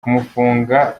kumufunga